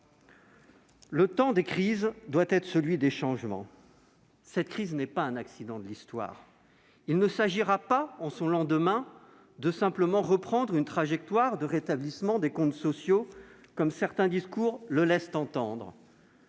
Le temps des crises doit être celui des changements. Cette crise n'est pas un accident de l'histoire. En son lendemain, il ne suffira pas de reprendre une trajectoire de rétablissement des comptes sociaux, comme certains discours le laissent entendre.